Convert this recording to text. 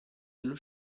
dello